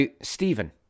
Stephen